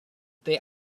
they